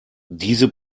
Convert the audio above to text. diese